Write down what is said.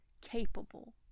capable